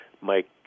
Mike